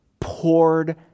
poured